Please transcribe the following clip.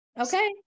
okay